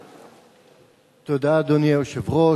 תודה, אדוני היושב-ראש.